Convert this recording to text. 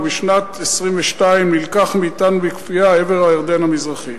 ובשנת 1922 נלקח מאתנו בכפייה עבר הירדן המזרחי.